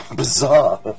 bizarre